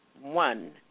one